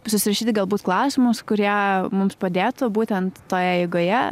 susirašyti galbūt klausimus kurie mums padėtų būtent toje eigoje